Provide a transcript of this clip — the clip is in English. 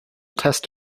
test